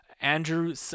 andrew